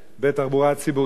בתחבורה הציבורית,